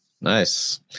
Nice